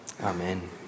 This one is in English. Amen